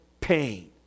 pain